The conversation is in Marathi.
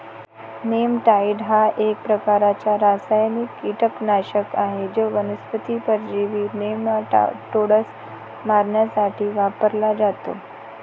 नेमॅटाइड हा एक प्रकारचा रासायनिक कीटकनाशक आहे जो वनस्पती परजीवी नेमाटोड्स मारण्यासाठी वापरला जातो